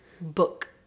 book